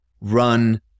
run